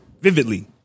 vividly